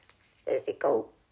Physical